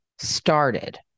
started